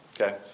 Okay